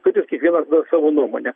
turi kiekvienas duot savo nuomonę